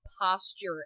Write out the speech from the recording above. posture